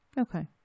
Okay